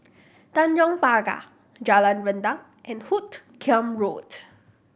Tanjong Pagar Jalan Rendang and Hoot Kiam Road